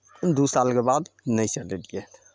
दू सालके बाद नहि चलेलियै